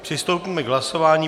Přistoupíme k hlasování.